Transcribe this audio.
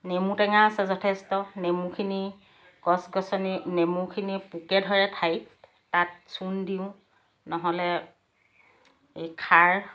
নেমু টেঙা আছে যথেষ্ট নেমুখিনি গছ গছনি নেমুখিনি পোকে ধৰে ঠাৰিত তাত চূণ দিওঁ নহ'লে এই খাৰ